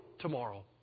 tomorrow